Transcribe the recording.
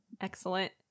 Excellent